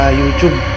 youtube